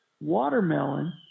watermelon